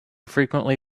frequently